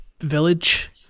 village